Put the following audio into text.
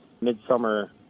midsummer